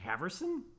Haverson